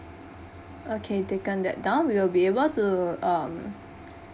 okay taken that down we will be able to um